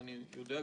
ואני יודע,